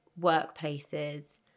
workplaces